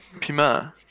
Pima